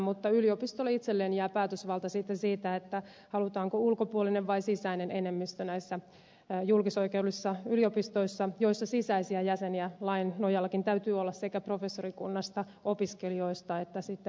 mutta yliopistolle itselleen jää päätösvalta sitten siitä halutaanko ulkopuolinen vai sisäinen enemmistö näissä julkisoikeudellisissa yliopistoissa joiden hallituksissa sisäisiä jäseniä lain nojallakin täytyy olla sekä professorikunnasta opiskelijoista että sitä